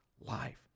life